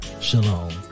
Shalom